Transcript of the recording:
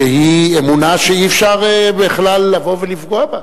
שהיא אמונה שאי-אפשר בכלל לבוא ולפגוע בה,